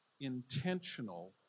intentional